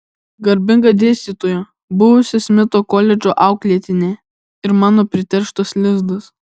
garbinga dėstytoja buvusi smito koledžo auklėtinė ir mano priterštas lizdas